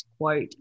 quote